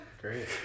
Great